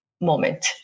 moment